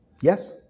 Yes